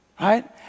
Right